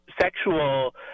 sexual